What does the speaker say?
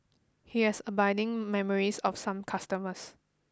he has abiding memories of some customers